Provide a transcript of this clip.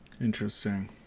Interesting